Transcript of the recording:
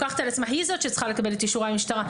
היא זאת שצריכה לקבל את אישור המשטרה.